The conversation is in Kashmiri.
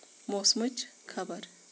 موسمٕچ خبر